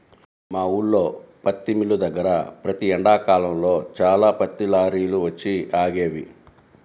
మా ఊల్లో పత్తి మిల్లు దగ్గర ప్రతి ఎండాకాలంలో చాలా పత్తి లారీలు వచ్చి ఆగేవి